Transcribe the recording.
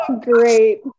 great